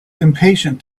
impatient